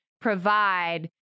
provide